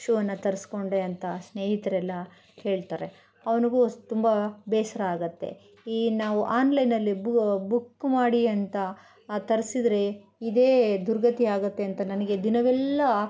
ಶೂವನ್ನು ತರಿಸ್ಕೊಂಡೆ ಅಂತ ಸ್ನೇಹಿತ್ರೆಲ್ಲ ಕೇಳ್ತಾರೆ ಅವ್ನಿಗೂ ತುಂಬ ಬೇಸ್ರ ಆಗುತ್ತೆ ಈ ನಾವು ಆನ್ಲೈನಲ್ಲಿ ಬುಕ್ ಮಾಡಿ ಅಂತ ತರಿಸಿದ್ರೆ ಇದೇ ದುರ್ಗತಿ ಆಗುತ್ತೆ ಅಂತ ನನಗೆ ದಿನವೆಲ್ಲ